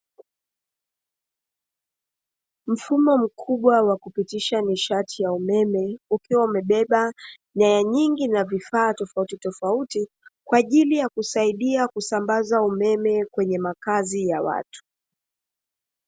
Mfumo mkubwa wa kupitisha nishati ya umeme, ukiwa umebeba nyaya nyingi na vifaa tofautitofauti kwa ajili ya kusaidia kusambaza umeme kwenye makazi ya watu.